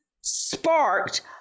sparked